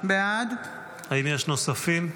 בעד האם יש נוספים?